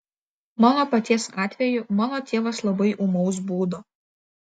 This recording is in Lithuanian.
mano paties atveju mano tėvas labai ūmaus būdo